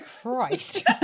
Christ